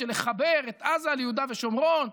של לחבר את עזה ליהודה ושומרון,